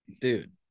dude